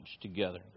together